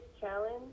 challenge